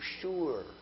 sure